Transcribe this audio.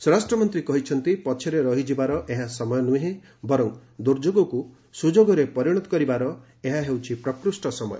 ସ୍ୱରାଷ୍ଟ୍ର ମନ୍ତ୍ରୀ କହିଛନ୍ତି ପଛରେ ରହିଯିବାର ଏହା ସମୟ ନୁହେଁ ଦୁର୍ଯୋଗକୁ ସୁଯୋଗରେ ପରିଣତ କରିବାର ଏହା ପ୍ରକୃଷ୍ଣ ସମୟ